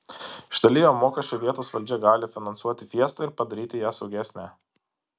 iš dalyvio mokesčio vietos valdžia gali finansuoti fiestą ir padaryti ją saugesnę